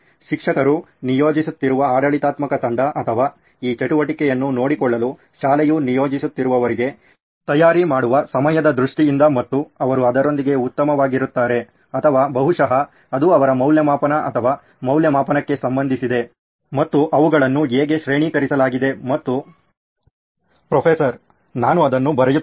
ಶಿಕ್ಷಕನು ನಿಯೋಜಿಸುತ್ತಿರುವ ಆಡಳಿತಾತ್ಮಕ ತಂಡ ಅಥವಾ ಈ ಚಟುವಟಿಕೆಯನ್ನು ನೋಡಿಕೊಳ್ಳಲು ಶಾಲೆಯು ನಿಯೋಜಿಸುತ್ತಿರುವವರೆಗೆ ತಯಾರಿ ಮಾಡುವ ಸಮಯದ ದೃಷ್ಟಿಯಿಂದ ಮತ್ತು ಅವರು ಅದರೊಂದಿಗೆ ಉತ್ತಮವಾಗಿರುತ್ತಾರೆ ಅಥವಾ ಬಹುಶಃ ಅದು ಅವರ ಮೌಲ್ಯಮಾಪನ ಅಥವಾ ಮೌಲ್ಯಮಾಪನಕ್ಕೆ ಸಂಬಂಧಿಸಿದೆ ಮತ್ತು ಅವುಗಳನ್ನು ಹೇಗೆ ಶ್ರೇಣೀಕರಿಸಲಾಗಿದೆ ಮತ್ತು ಪ್ರೊಫೆಸರ್ ನಾನು ಅದನ್ನು ಬರೆಯುತ್ತೇನೆ